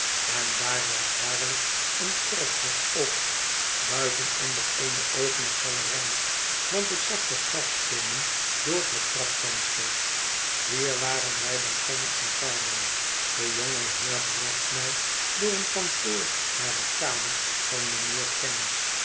en daar was waarlijk een kerkhof ook buiten onder eene opene galerij want ik zag de grafsteenen door het trapvenster hier waren wij bij kenge en carboy de jonge heer bracht mij door een kantoor naar de kamer van mijnheer kenge